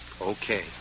Okay